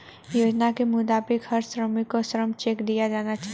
योजना के मुताबिक हर श्रमिक को श्रम चेक दिया जाना हैं